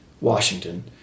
Washington